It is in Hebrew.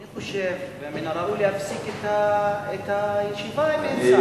אני חושב שמן הראוי להפסיק הישיבה אם אין שר.